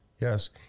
Yes